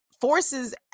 forces